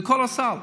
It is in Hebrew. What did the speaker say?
זה כל הסל.